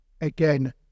again